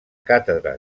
càtedra